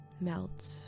Melt